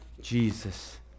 Jesus